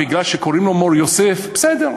מכיוון שקוראים לו מור-יוסף בסדר,